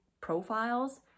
profiles